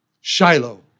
Shiloh